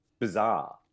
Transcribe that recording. bizarre